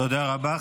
תודה רבה.